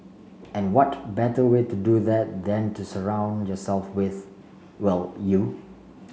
and what better way to do that than to surround yourself with well you